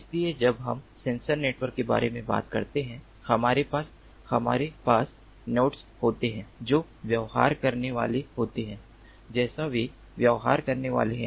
इसलिए जब हम सेंसर नेटवर्क के बारे में बात करते हैं हमारे पास हमारे पास नोड्स होते हैं जो व्यवहार करने वाले होते हैं जैसा वे व्यवहार करने वाले हैं